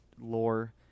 lore